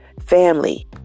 Family